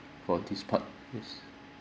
for this part yes